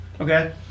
Okay